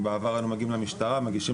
אם בעבר היינו מגיעים למשטרה מגישים